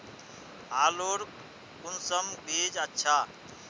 आलूर कुंसम बीज अच्छा?